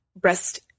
breast